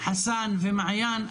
חסאן ומעיין,